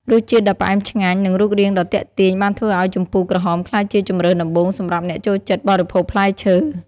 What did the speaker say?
រសជាតិដ៏ផ្អែមឆ្ងាញ់ និងរូបរាងដ៏ទាក់ទាញបានធ្វើឱ្យជម្ពូក្រហមក្លាយជាជម្រើសដំបូងសម្រាប់អ្នកចូលចិត្តបរិភោគផ្លែឈើ។